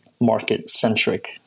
market-centric